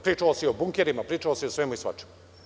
Pričalo se i o bunkerima, pričalo se o svemu i svačemu.